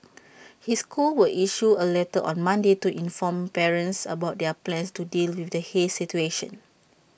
his school will issue A letter on Monday to inform parents about their plans to deal with the haze situation